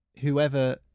whoever